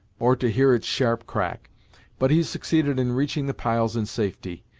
or to hear its sharp crack but he succeeded in reaching the piles in safety.